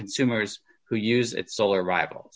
consumers who use it solar rival